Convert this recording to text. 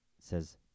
says